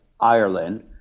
Ireland